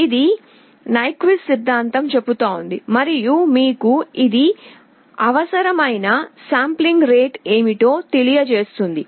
ఇది నైక్విస్ట్ సిద్ధాంతం చెబుతుంది మరియు మీకు ఇది అవసరమైన శాంప్లింగ్ రేటు ఏమిటో తెలియజేస్తుంది